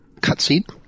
cutscene